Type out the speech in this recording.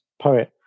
poet